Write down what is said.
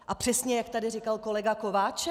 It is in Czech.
A přesně jak tady říkal kolega Kováčik.